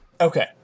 okay